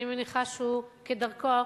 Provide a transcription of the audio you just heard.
אני מניחה שהוא, כדרכו,